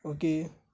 کیونکہ